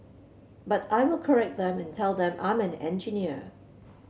but I will correct them and tell them I'm an engineer